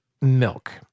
milk